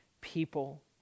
people